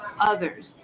others